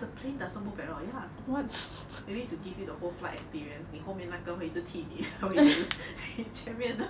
the plane doesn't move at all ya maybe to give you the whole flight experience 你后面那个会一直踢你 他会一直提前面的